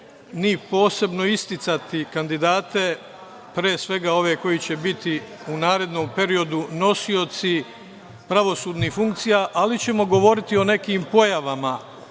ni posebno isticati kandidate, pre svega ove koji će biti u narednom periodu nosioci pravosudnih funkcija, ali ćemo govoriti o nekim pojavama